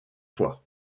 fois